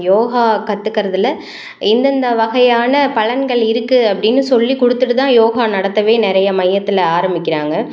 யோகா கற்றுக்கறதுல இந்தந்த வகையான பலன்கள் இருக்குது அப்படின்னு சொல்லிக் கொடுத்துட்டு தான் யோகா நடத்தவே நிறைய மையத்தில் ஆரம்பிக்கிறாங்க